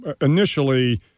initially